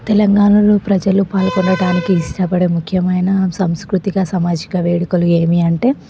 తెలంగాణలో ప్రజలు పాల్గొనటానికి ఇష్టపడే ముఖ్యమైన సాంస్కృతిక సామాజిక వేడుకలు ఏమి అంటే